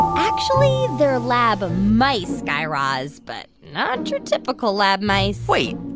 actually, they're lab mice, guy raz, but not your typical lab mice wait.